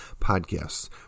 podcasts